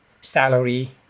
salary